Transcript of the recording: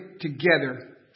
together